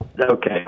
Okay